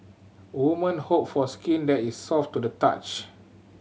woman hope for skin that is soft to the touch